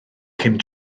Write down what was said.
cyn